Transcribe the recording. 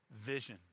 vision